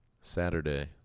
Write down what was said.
Saturday